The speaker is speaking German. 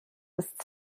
ist